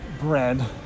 bread